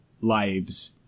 lives